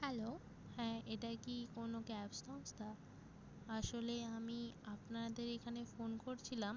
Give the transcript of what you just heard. hello হ্যাঁ এটা কি কোনো ক্যাব সংস্থা আসলে আমি আপনাদের এখানে ফোন করছিলাম